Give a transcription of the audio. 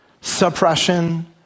suppression